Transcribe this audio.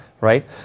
Right